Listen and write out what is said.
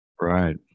Right